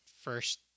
first